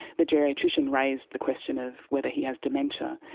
the geriatrician raised the question of whether he has dementia,